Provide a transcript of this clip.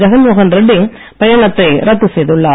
ஜெகன்மோகன் ரெட்டி பயணத்தை ரத்து செய்துள்ளார்